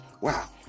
Wow